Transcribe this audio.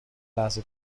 لحظه